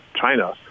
China